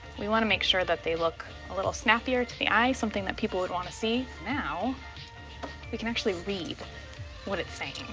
we want to make sure that they look a little snappier to the eye, something that people would want to see. now we can actually read what it's saying